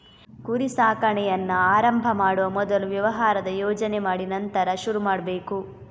ಕುರಿ ಸಾಕಾಣೆಯನ್ನ ಆರಂಭ ಮಾಡುವ ಮೊದಲು ವ್ಯವಹಾರದ ಯೋಜನೆ ಮಾಡಿ ನಂತರ ಶುರು ಮಾಡ್ಬೇಕು